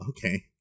okay